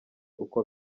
uko